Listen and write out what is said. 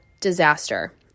disaster